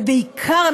ובעיקר,